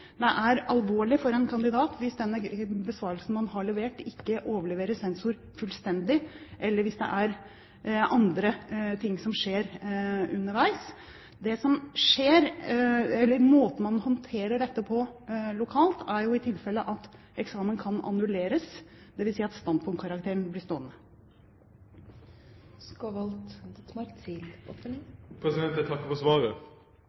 Det er alvorlig for en kandidat hvis den besvarelsen han har levert, ikke overleveres sensor fullstendig, eller hvis det er andre ting som skjer underveis. Måten man håndterer dette på lokalt, er i tilfelle at eksamen kan annulleres, dvs. at standpunktkarakteren blir stående. Jeg takker for svaret.